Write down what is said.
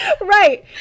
Right